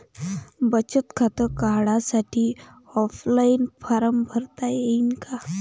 बचत खातं काढासाठी ऑफलाईन फारम भरता येईन का?